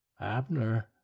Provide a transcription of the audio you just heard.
abner